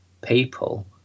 people